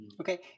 Okay